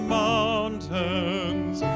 mountains